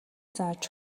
зааж